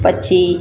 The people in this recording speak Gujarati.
પછી